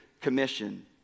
commission